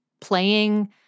playing